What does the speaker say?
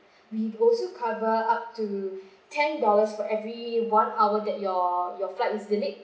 we will also cover up to ten dollars for every one hour that your your flight was delayed